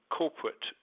corporate